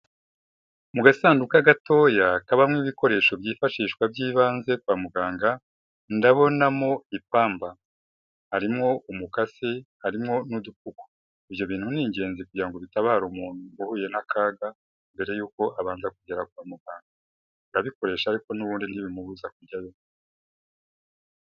Mu gasanduku gatoya kabamo ibikoresho byifashishwa by'ibanze kwa muganga, ndabonamo ipamba, harimo umukase harimo n'udupfuko, ibyo bintu ni ingenzi kugira ngo ngo bitabare umuntu uhuye n'akaga mbere yuko abanza kugera kwa muganga, arabikoresha ariko n'ubundi ntibimubuza kujyayo.